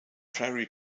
prairie